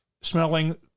smelling